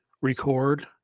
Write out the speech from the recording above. record